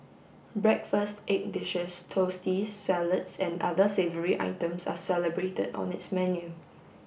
breakfast egg dishes toasties salads and other savoury items are celebrated on its menu